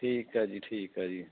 ਠੀਕ ਆ ਜੀ ਠੀਕ ਆ ਜੀ